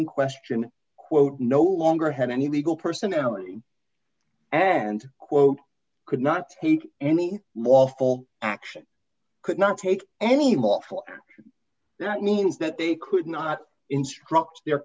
in question quote no longer had any legal personality and quote could not take any lawful action could not take any more awful that means that they could not instruct their